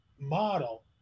model